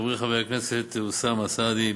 חברי חבר הכנסת אוסאמה סעדי,